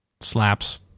Slaps